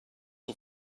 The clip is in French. son